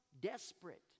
desperate